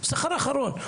שכר אחרון.